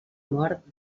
mort